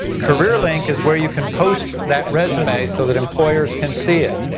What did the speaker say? career link is where you can post that resume so that employers can see it.